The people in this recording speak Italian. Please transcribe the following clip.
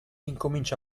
incomincia